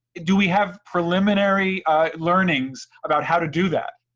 do we have preliminary learnings about how to do that?